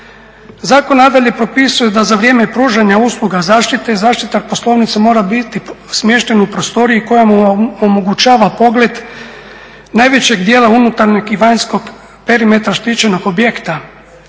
Zakon nadalje propisuje da za vrijeme pružanja usluga zaštite, zaštita poslovnica mora biti smještena u prostoriji koja mu omogućava pogled najvećeg dijela unutarnjeg i vanjskog perimetra štićenog objekta,